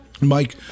Mike